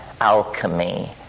alchemy